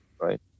right